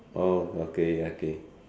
orh okay okay